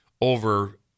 over